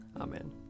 Amen